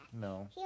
No